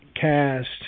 cast